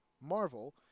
Marvel